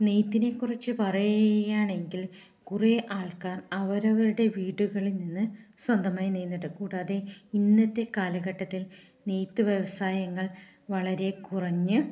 നെയ്ത്തിനെ കുറിച്ച് പറയുകയാണെങ്കിൽ കുറേ ആൾക്കാർ അവരവരുടെ വീടുകളിൽ നിന്ന് സ്വന്തമായി നെയ്യുന്നുണ്ട് കൂടാതെ ഇന്നത്തെ കാലഘട്ടത്തിൽ നെയ്ത്ത് വ്യവസായങ്ങൾ വളരെ കുറഞ്ഞ്